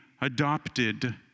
adopted